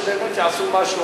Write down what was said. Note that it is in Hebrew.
בתנאי שבאמת יעשו משהו,